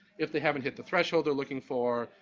if they haven't hit the threshold they're looking for,